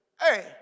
Hey